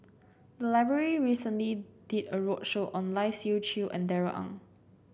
the library recently did a roadshow on Lai Siu Chiu and Darrell Ang